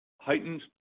heightened